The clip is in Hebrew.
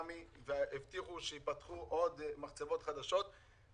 הרבה אנשים יאבדו את הבתים שלהם ובסופו של דבר זה יחזור אלינו.